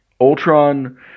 Ultron